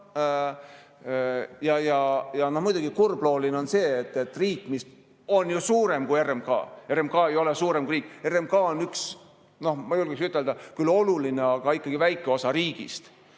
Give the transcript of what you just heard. Muidugi, kurblooline on see, et riik, mis on ju suurem kui RMK – RMK ei ole suurem kui riik, RMK on üks, ma julgeksin ütelda, küll oluline, aga ikkagi väike osa riigist